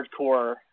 hardcore